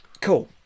Cool